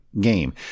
game